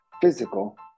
physical